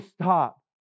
stop